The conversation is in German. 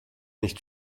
nicht